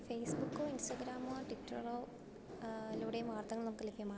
ഫേസ്ബുക്കോ ഇൻസ്റ്റഗ്രാമോ ട്വിറ്ററോ ലൂടെയും വാർത്തകൾ നമുക്ക് ലഭ്യമാണ്